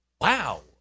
wow